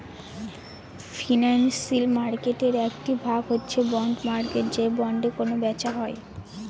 financial মার্কেটের একটি ভাগ হচ্ছে বন্ড মার্কেট যে বন্ডে কেনা বেচা হয়